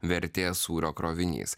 vertės sūrio krovinys